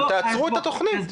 תעצרו את התכנית.